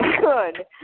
good